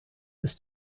ist